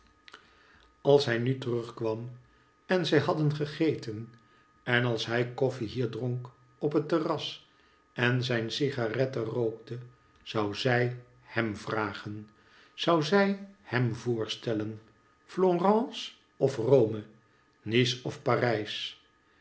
als hij nu terug kwam en zij hadden gegeten en als hij koffie hier dronk op het terras en zijn cigarette rookte zou zij hem vragen zou zij hem voorstellen horence of rome nice of parijs